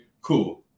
Cool